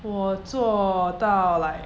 我做到 like